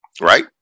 Right